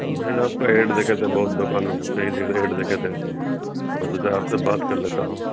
نہیں آپ کا ایڈ دیکھے تھے بہت دکانوں کو کئی جگہ ایڈ دیکھے تھے تو میں سوچا آپ سے بات کر لیتا ہوں